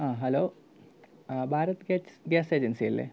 ആ ഹലോ ആ Bharat gates gas agency അല്ലെ